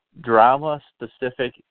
drama-specific